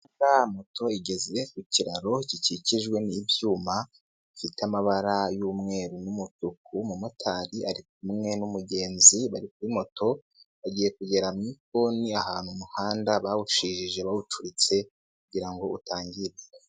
Moto igeze ku kiraro gikikijwe n'ibyuma bifite amabara y'umweru n'umutuku, umumotari ari kumwe n'umugenzi bari kuri moto bagiye kugera mu ikoni ahantu umuhanda bawushijije bawucuritse kugira ngo utangire.